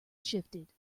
shifted